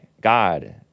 God